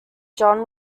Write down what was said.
john